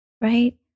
right